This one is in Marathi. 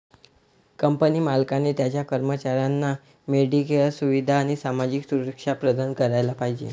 कंपनी मालकाने त्याच्या कर्मचाऱ्यांना मेडिकेअर सुविधा आणि सामाजिक सुरक्षा प्रदान करायला पाहिजे